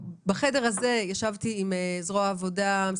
בחדר הזה ישבתי עם זרוע העבודה,